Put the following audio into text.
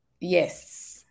Yes